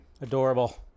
Adorable